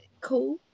cool